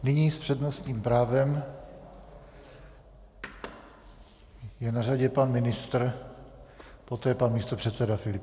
Nyní s přednostním právem je na řadě pan ministr, poté pan místopředseda Filip.